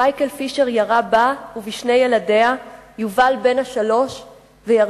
מייקל פישר ירה בה ובשני ילדיה: יובל בן השלוש וירדן,